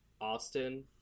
Austin